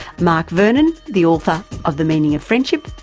mark vernon, the author of the meaning of friendship,